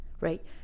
right